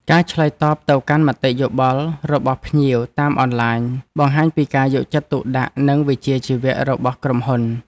ការឆ្លើយតបទៅកាន់មតិយោបល់របស់ភ្ញៀវតាមអនឡាញបង្ហាញពីការយកចិត្តទុកដាក់និងវិជ្ជាជីវៈរបស់ក្រុមហ៊ុន។